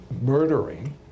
murdering